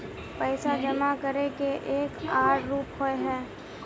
पैसा जमा करे के एक आर रूप होय है?